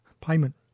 payment